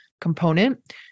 component